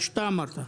מה שאתה אמרת.